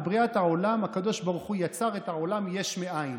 בבריאת העולם הקדוש ברוך הוא יצר את העולם יש מאין,